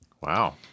Wow